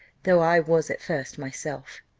though i was at first myself.